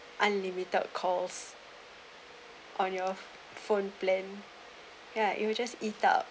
unlimited calls on your phone plan ya it will just eat out